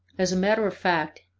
as a matter of fact,